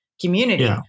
community